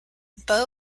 beau